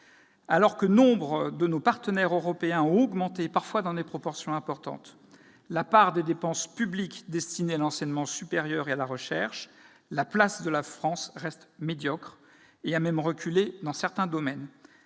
Alors que nombre de nos partenaires européens ont augmenté, parfois dans des proportions importantes, la part des dépenses publiques destinées à l'enseignement supérieur et à la recherche, la place de la France reste médiocre. Elle a même reculé dans certains domaines.